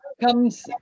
comes